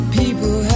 people